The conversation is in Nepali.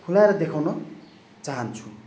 खोलेर देखाउन चाहन्छु